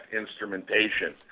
instrumentation